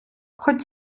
хоть